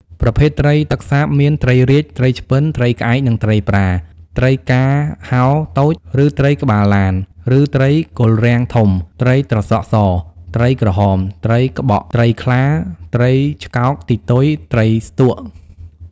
ប្រភេទត្រីទឹកសាបមាន ត្រីរាជ ត្រីឆ្ពិន ត្រីក្អែក និង ត្រីប្រា ត្រីការហោតូច ឬត្រីក្បាលឡាន ឬត្រីគល់រាំងធំ ត្រីត្រសក់ស ត្រីក្រហម ត្រីក្បក ត្រីខ្លា ត្រីឆ្កោកទីទុយ ត្រីស្ទក់។